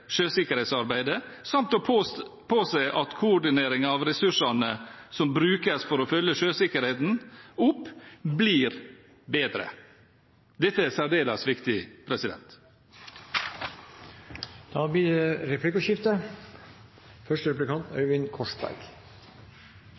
sjøsikkerhetsarbeidet, samt påse at koordineringen av ressursene som brukes for å følge opp sjøsikkerheten, blir bedre. Det er særdeles viktig. Det blir replikkordskifte. Venstre er et liberalistisk parti. Det